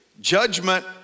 judgment